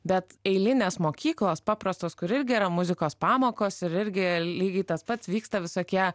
bet eilinės mokyklos paprastos kur irgi yra muzikos pamokos ir irgi lygiai tas pats vyksta visokie